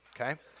okay